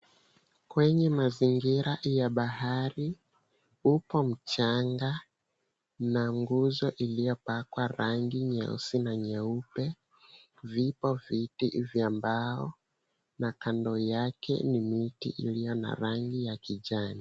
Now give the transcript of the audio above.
Kwenye mazingira ya bahari upo mchanga na nguzo iliyopakwa rangi nyeusi na nyeupe. Vipo viti vya mbao na kando yake ni miti iliyo na rangi ya kijani.